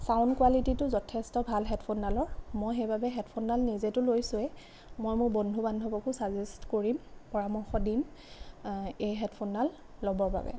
sound কোৱালিটীটো যথেষ্ট ভাল হেডফোনডালৰ মই সেইবাবে হেডফোনডাল নিজেতো লৈছোৱেই মই মোৰ বন্ধু বান্ধৱকো ছাজেষ্ট কৰিম পৰামৰ্শ দিম এই হেডফোনডাল ল'বৰ বাবে